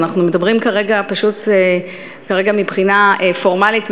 אנחנו מדברים כרגע פשוט מבחינה פורמלית,